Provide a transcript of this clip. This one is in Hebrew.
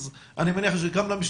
אז אני מניח שזה היה חשוב גם למשתתפים.